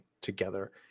together